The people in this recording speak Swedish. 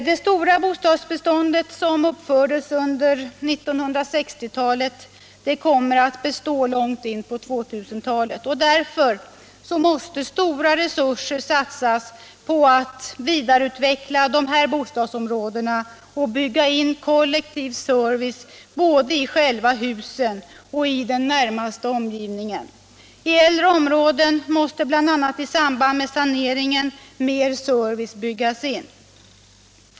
Det stora bostadsbeståndet, som uppfördes under 1960-talet, kommer att bestå långt in på 2000-talet. Därför måste stora resurser satsas på att vidareutveckla dessa bostadsområden och bygga in en kollektiv service både i själva husen och i den närmaste omgivningen. I äldre områden måste bl.a. i samband med saneringen mer service byggas in.